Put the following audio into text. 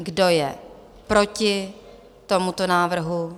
Kdo je proti tomuto návrhu?